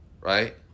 right